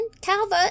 Calvert